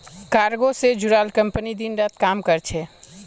cargo से जुड़ाल company दिन रात काम कर छे